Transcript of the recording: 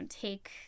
take